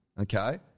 Okay